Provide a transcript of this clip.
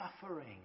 suffering